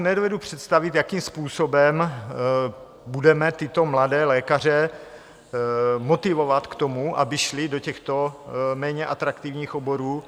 Nedovedu si představit, jakým způsobem budeme tyto mladé lékaře motivovat k tomu, aby šli do těchto méně atraktivních oborů.